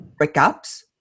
breakups